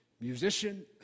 musician